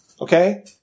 Okay